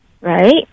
Right